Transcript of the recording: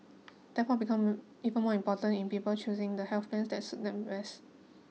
therefore become even more important in people choosing the health plan that suit them best